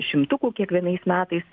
šimtukų kiekvienais metais